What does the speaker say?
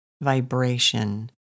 vibration